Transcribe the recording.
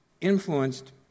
influenced